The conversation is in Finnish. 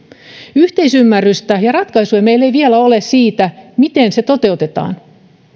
yhteisymmärrystä ja ratkaisuja meillä ei vielä ole siitä miten se toteutetaan